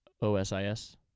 O-S-I-S